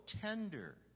tender